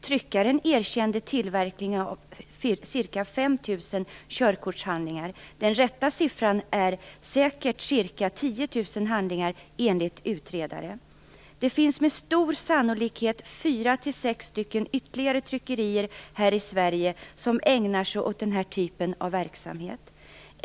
Tryckaren erkände tillverkning av ca 5 000 körkortshandlingar. Den rätta siffran är säkert ca 10 000 handlingar, enligt utredare. Det finns med stor sannolikhet ytterligare 4-6 stycken tryckerier här i Sverige som ägnar sig åt den här typen av verksamhet.